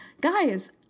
Guys